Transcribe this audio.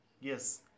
Yes